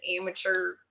amateur